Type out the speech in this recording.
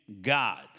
God